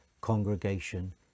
congregation